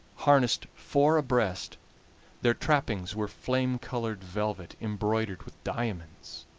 harnessed four abreast their trappings were flame-colored velvet, embroidered with diamonds.